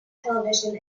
television